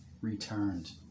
returned